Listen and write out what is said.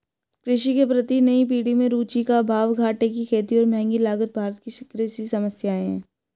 कृषि के प्रति नई पीढ़ी में रुचि का अभाव, घाटे की खेती और महँगी लागत भारत की कृषि समस्याए हैं